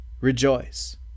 rejoice